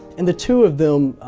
and the two of them,